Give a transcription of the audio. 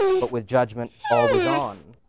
but with judgment always on,